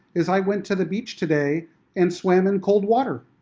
is i went to the beach today and swam in cold water.